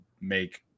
make